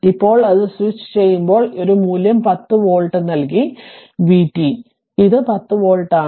ഇപ്പോൾ അത് സ്വിച്ചുചെയ്യുമ്പോൾ ഒരു മൂല്യം 10 വോൾട്ട് നൽകി v t ശരി ഇത് 10 വോൾട്ട് ആണ്